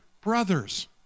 brothers